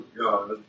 God